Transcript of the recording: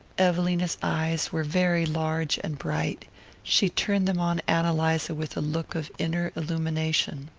evelina's eyes were very large and bright she turned them on ann eliza with a look of inner illumination.